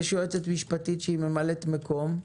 יש יועצת משפטית שהיא ממלאת מקום,